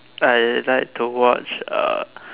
I like to watch uh